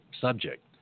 subject